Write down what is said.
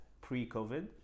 pre-COVID